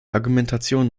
argumentation